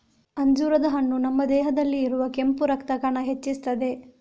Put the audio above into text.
ಅಂಜೂರದ ಹಣ್ಣು ನಮ್ಮ ದೇಹದಲ್ಲಿ ಇರುವ ಕೆಂಪು ರಕ್ತ ಕಣ ಹೆಚ್ಚಿಸ್ತದೆ